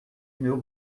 meu